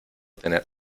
tener